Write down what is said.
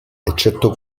eccetto